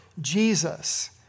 Jesus